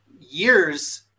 years